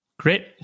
Great